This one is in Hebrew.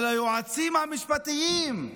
של היועצים המשפטיים.